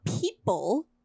people